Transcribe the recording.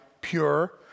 pure